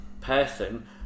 person